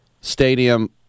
stadium